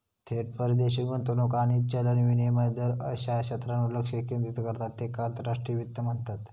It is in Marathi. थेट परदेशी गुंतवणूक आणि चलन विनिमय दर अश्या क्षेत्रांवर लक्ष केंद्रित करता त्येका आंतरराष्ट्रीय वित्त म्हणतत